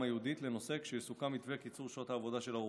הייעודית לנושא כשיסוכם מתווה קיצור שעות העבודה של הרופאים.